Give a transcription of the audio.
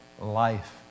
life